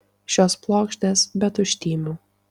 šios plokštės be tuštymių